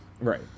right